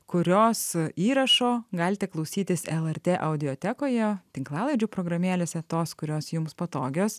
kurios įrašo galite klausytis lrt audiotekoje tinklalaidžių programėlėse tos kurios jums patogios